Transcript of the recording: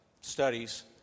studies